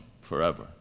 forever